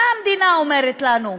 מה המדינה אומרת לנו?